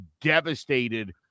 devastated